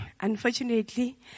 Unfortunately